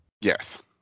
Yes